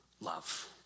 love